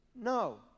no